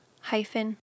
hyphen